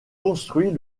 construit